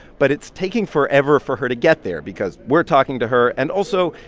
but it's taking forever for her to get there because we're talking to her. and also,